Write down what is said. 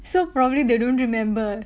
so probably they don't remember